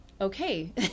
okay